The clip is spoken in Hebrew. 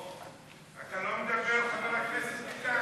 לא מדבר, חבר הכנסת ביטן?